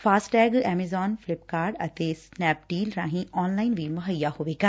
FASTag Amazon Flipkart ਅਤੇ Snapdeal ਰਾਹੀਂ online ਵੀ ਮੁਹੱਈਆ ਹੋਵੇਗਾ